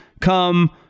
come